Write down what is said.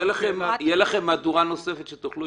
תהיה לכם מהדורה נוספת שתוכלו,